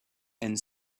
and